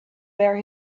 where